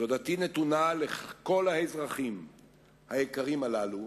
תודתי נתונה לכל האזרחים היקרים הללו